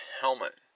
helmet